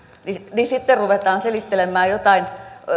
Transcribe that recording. ruvetaan selittelemään jotain